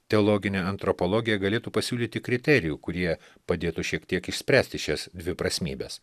teologinė antropologija galėtų pasiūlyti kriterijų kurie padėtų šiek tiek išspręsti šias dviprasmybes